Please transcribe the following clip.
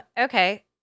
Okay